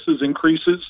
increases